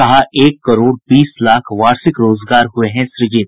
कहा एक करोड़ बीस लाख वार्षिक रोजगार हुए हैं सृजित